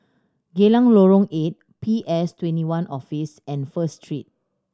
Geylang Lorong Eight P S Twenty one Office and First Street